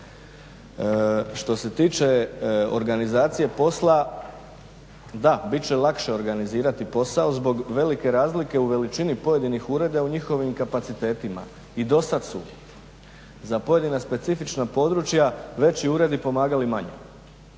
Što se tiče organizacije posla, da bit će lakše organizirati posao zbog velike razlike u veličini pojedinih ureda i u njihovim kapacitetima. I do sad su za pojedina specifična područja veći uredi pomagali manjima.